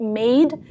made